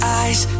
eyes